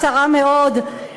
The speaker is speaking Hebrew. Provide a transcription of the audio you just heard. קצרה מאוד,